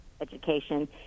education